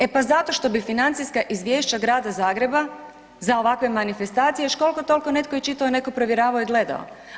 E pa zato što bi financijska izvješća Grada Zagreba za ovakve manifestacije još kolko tolko netko i čitao, netko provjeravao i gledao.